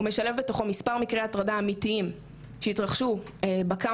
הוא משלב בתוכו מספר מקרי הטרדה אמיתיים שהתרחשו בקמפוסים,